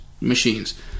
machines